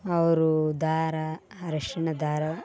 ಅವ್ರು ದಾರ ಅರ್ಶಿಣ ದಾರ